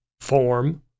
form